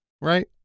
right